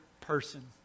person